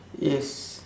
yes